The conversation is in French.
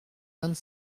vingt